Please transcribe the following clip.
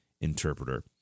interpreter